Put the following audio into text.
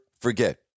forget